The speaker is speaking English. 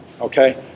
Okay